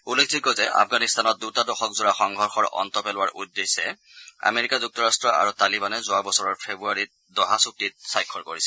উল্লেখযোগ্য যে আফগানিস্তানত দুটা দশকজোৰা সংঘৰ্ষৰ অন্ত পেলোৱাৰ লক্ষ্যৰে আমেৰিকা যুক্তৰাষ্ট আৰু তালিবানে যোৱা বছৰৰ ফেব্ৰুৱাৰীত ড'হা চুক্তিত স্বাক্ষৰ কৰিছিল